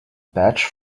badge